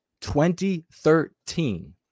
2013